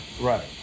right